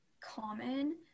common